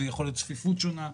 זה יכול להיות צפיפות שונה,